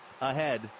ahead